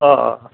ਹਾਂ ਹਾਂ ਹਾਂ